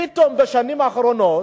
פתאום בשנים האחרונות,